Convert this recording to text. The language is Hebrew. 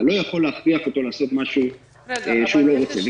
אתה לא יכול להכריח אותו משהו שהוא לא רוצה.